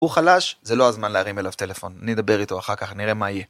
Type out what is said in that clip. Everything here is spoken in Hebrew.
הוא חלש, זה לא הזמן להרים אליו טלפון, אני אדבר איתו אחר כך, נראה מה יהיה.